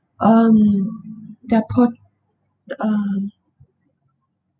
um their pur~ um